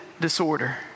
disorder